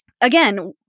again